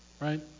right